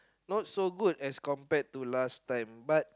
not so good as compared to last time but